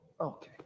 Okay